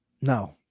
no